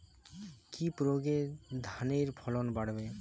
কি প্রয়গে ধানের ফলন বাড়বে?